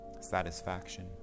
satisfaction